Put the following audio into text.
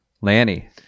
Lanny